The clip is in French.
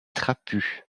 trapu